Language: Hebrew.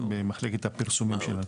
במחלקת הפרסומים שלנו.